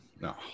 No